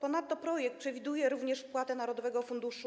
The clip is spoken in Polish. Ponadto projekt przewiduje wpłatę przez narodowy fundusz